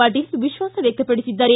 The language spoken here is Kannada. ಪಾಟೀಲ್ ವಿಶ್ವಾಸ ವ್ಯಕ್ತಪಡಿಸಿದ್ದಾರೆ